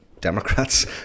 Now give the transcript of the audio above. democrats